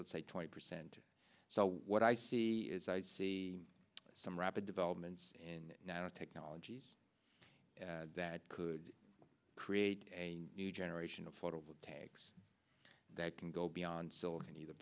s let's say twenty percent so what i see is i see some rapid developments in now technologies that could create a new generation of photovoltaics that can go beyond silicon either